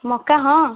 ମକା ହଁ